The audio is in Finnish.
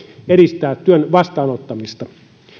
edistää työn vastaanottamista